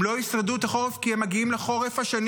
הם לא ישרדו את החורף כי הם מגיעים לחורף השני